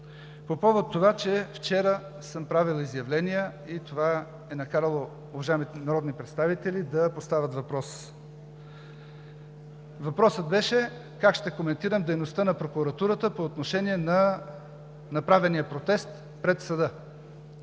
По повод това, че вчера съм правил изявления и това е накарало уважаемите народни представители да поставят въпрос. Въпросът беше: как ще коментирам дейността на прокуратурата по отношение на направения протест пред съда?